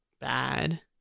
bad